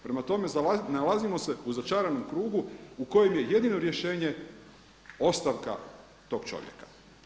Prema tome, nalazimo se u začaranom krugu u kojem je jedino rješenje ostavka tog čovjeka.